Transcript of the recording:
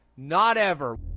not ever.